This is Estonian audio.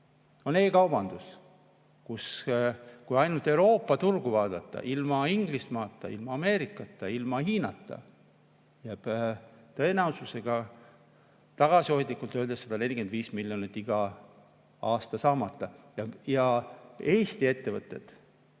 On e‑kaubandus, kust ainult Euroopa turgu vaadates, ilma Inglismaata, ilma Ameerikata, ilma Hiinata, jääb tagasihoidlikult öeldes 145 miljonit iga aasta saamata. Eesti ettevõtted